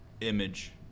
image